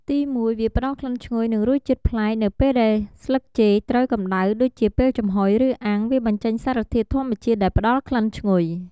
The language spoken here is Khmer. ទីមួយ វាផ្តល់ក្លិនឈ្ងុយ និងរសជាតិប្លែក នៅពេលដែលស្លឹកចេកត្រូវកម្តៅដូចជាពេលចំហុយឬអាំង វាបញ្ចេញសារធាតុធម្មជាតិដែលផ្តល់ក្លិនឈ្ងុយ។